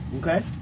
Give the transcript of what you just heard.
okay